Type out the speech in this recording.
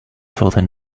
further